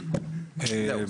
זהו.